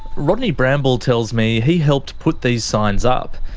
rodney bramble tells me he helped put these signs up.